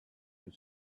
had